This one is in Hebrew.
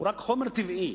הוא רק חומר טבעי,